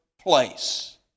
place